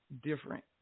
different